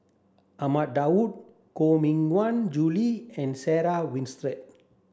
Ahmad Daud Koh Mui Hiang Julie and Sarah Winstedt